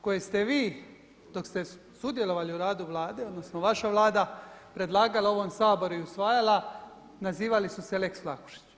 koje ste vi dok ste sudjelovali u radu Vlade odnosno vaša Vlada predlagala ovom Saboru i usvajala nazivali su se Lex Vlahušić.